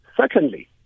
Secondly